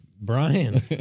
Brian